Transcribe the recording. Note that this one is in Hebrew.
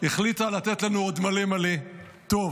החליטה לתת לנו עוד מלא מלא טוב,